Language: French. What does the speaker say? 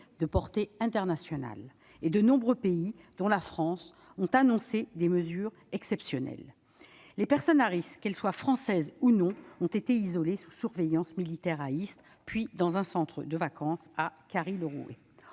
de portée internationale » et de nombreux pays, dont la France, ont annoncé des mesures exceptionnelles. Les personnes à risque, qu'elles soient françaises ou non, ont été isolées sous surveillance militaire à Istres, puis dans un centre de vacances, à Carry-le-Rouet.